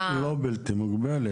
לא בלתי מוגבלת.